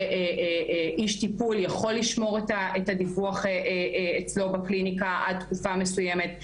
שאיש טיפול יכול לשמור את הדיווח אצלנו בקליניקה עד תקופה מסוימת.